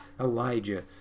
Elijah